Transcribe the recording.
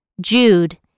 Jude